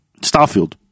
Starfield